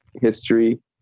history